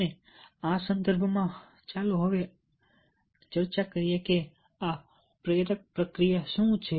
અને આ સંદર્ભમાં ચાલો હવે ચર્ચા કરીએ કે આ પ્રેરક પ્રક્રિયા શું છે